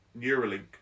Neuralink